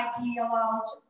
ideology